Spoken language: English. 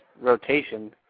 rotation